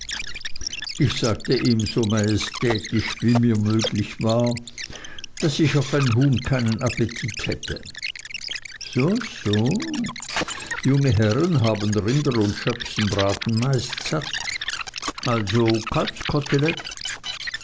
ich sagte ihm so majestätisch wie mir möglich war daß ich auf ein huhn keinen appetit hätte so so junge herren haben rinder und schöpsenbraten meist satt also